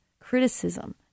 criticism